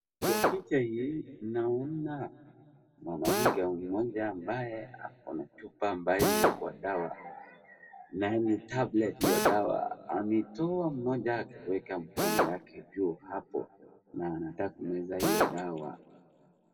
Kwa picha hii naona mwanamke mmoja ambaye ako na chupa ambayo imewekwa dawa na ni 'tablet' hiyo dawa ametoa moja akaweka mkono yake juu hapo na anataka kumeza hiyo dawa.